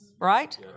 Right